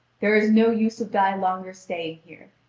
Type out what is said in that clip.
there is no use of thy longer staying here,